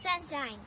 Sunshine